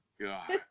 God